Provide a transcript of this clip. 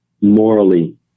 morally